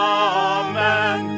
amen